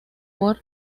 por